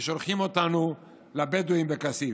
ושולחים אותנו לבדואים בכסיף.